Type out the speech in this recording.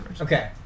Okay